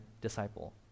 disciple